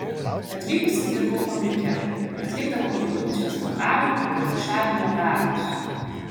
atvykusi dirbau fabrike atlikdavau produkcijos pakavimo ir rūšiavimo darbus